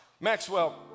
Maxwell